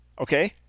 Okay